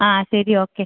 ആ ശരി ഓക്കെ